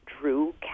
drew